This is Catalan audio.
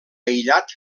aïllat